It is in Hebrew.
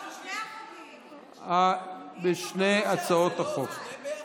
לא, של שני החוקים.